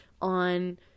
on